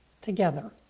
together